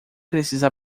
precisa